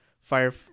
fire